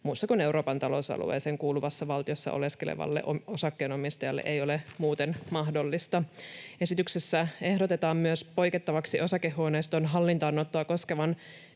muussa kuin Euroopan talousalueeseen kuuluvassa valtiossa oleskelevalle osakkeenomistajalle ei ole muuten mahdollista. Esityksessä ehdotetaan myös poikettavaksi osakehuoneiston hallintaanottoa koskevan